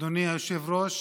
היושב-ראש,